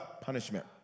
punishment